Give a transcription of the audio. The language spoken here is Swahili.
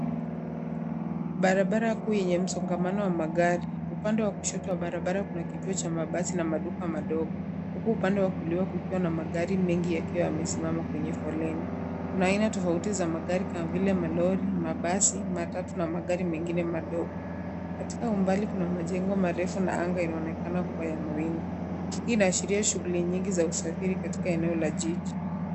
Barabara kuu yenye msongamano wa magari. Upande wa kushoto wa barabara kuna kituo cha mabasi na maduka madogo. Huku upande kulia kukiwa na magari mengi yakiwa yamesimama kwenye foleni. Kuna aina tofauti za magari kama vile malori, mabasi, matatu na magari mengine madogo. Katika umbali kuna majengo marefu na anga inaonekana kuwa ya mawingu. Hii inaashiria shughuli nyingi za usafiri katika eneo la jiji.